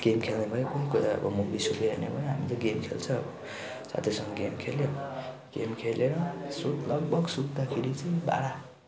game खेल्ने भयो कुन कुराको मुख होइन हामी त गेम खेल्छ साथीहरूसँग गेम खेल्यो गेम खेल्यो सुत लगभग सुत्दाखेरि चाहिँ बाह्र